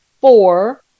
four